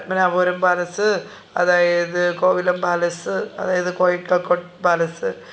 Padmanabhapuram palace അതായത് Kovalam palace അതായത് Kozhikode palace